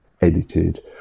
edited